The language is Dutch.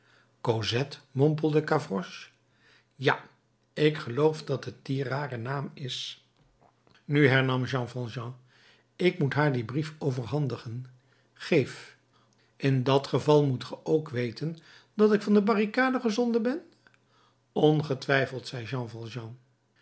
cosette mompelde gavroche ja ik geloof dat het die rare naam is nu hernam jean valjean ik moet haar dien brief overhandigen geef in dat geval moet ge ook weten dat ik van de barricade gezonden ben ongetwijfeld zei jean